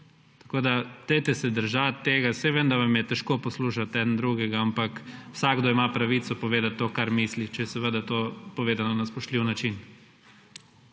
Dajte se držati tega. Saj vem, da vam je težko poslušati eden drugega, ampak vsakdo ima pravico povedati to, kar misli, če je seveda to povedano na spoštljiv način.